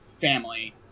family